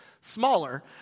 smaller